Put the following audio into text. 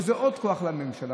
שזה עוד כוח לממשלה,